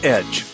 Edge